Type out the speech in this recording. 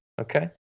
okay